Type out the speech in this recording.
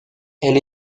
elle